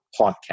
podcast